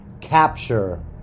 capture